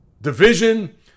division